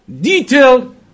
detailed